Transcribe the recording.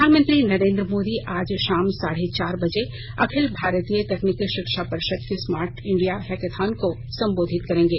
प्रधानमंत्री नरेन्द्र मोदी आज शाम साढे चार बजे अखिल भारतीय तकनीकी शिक्षा परिषद के स्मार्ट इंडिया हैकाथॉन को संबोधित करेंगे